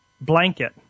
blanket